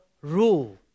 rule